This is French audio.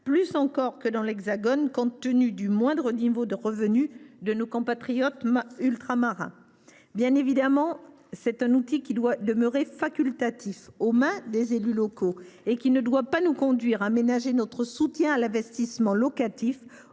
plus encore que dans l’Hexagone, compte tenu du moindre niveau de revenus de nos compatriotes ultramarins. Bien évidemment, l’encadrement des loyers est un outil qui doit demeurer facultatif et être laissé aux mains des élus locaux. Il ne doit pas nous conduire à ménager notre soutien à l’investissement locatif,